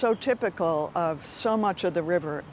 so typical of so much of the river